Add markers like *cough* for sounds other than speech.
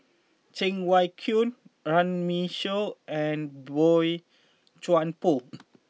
Cheng Wai Keung Runme Shaw and Boey Chuan Poh *noise*